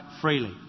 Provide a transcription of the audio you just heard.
freely